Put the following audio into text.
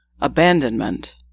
abandonment